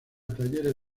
talleres